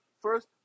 First